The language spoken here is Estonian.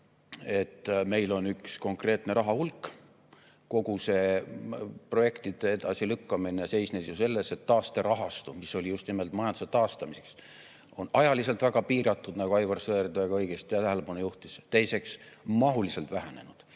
et meil on üks konkreetne raha hulk. Kogu see projektide edasilükkamine seisnes ju selles, et taasterahastu, mis oli just nimelt majanduse taastamiseks, on ajaliselt väga piiratud, nagu Aivar Sõerd väga õigesti tähelepanu juhtis, teiseks, mahuliselt vähenenud.